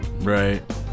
right